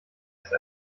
ist